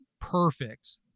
perfect